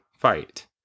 fight